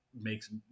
makes